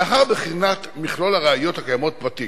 "לאחר בחינת מכלול הראיות הקיימות בתיק